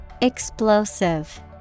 Explosive